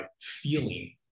feeling